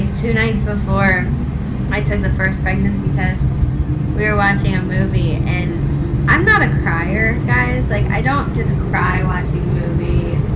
two nights before i took the first pregnancy test we were watching a movie and i'm not a crier, guys. like i don't just cry watching a movie.